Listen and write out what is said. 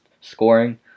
scoring